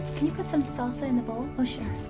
can you put some salsa in the bowl? oh,